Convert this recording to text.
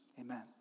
amen